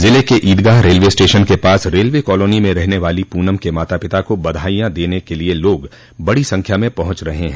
जिले के ईदगाह रेलवे स्टेशन के पास रेलवे कालोनी में रहने वाली पूनम के माता पिता को बधाइयां देने के लिए लोग बड़ी संख्या में पहुंच रहे हैं